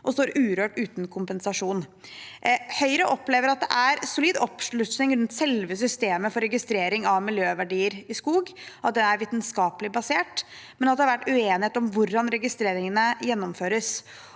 og står urørt uten kompensasjon. Høyre opplever at det er solid oppslutning rundt selve systemet for registrering av miljøverdier i skog, og at det er vitenskapelig basert, men at det har vært uenighet om hvordan registreringene gjennomføres.